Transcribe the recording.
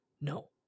No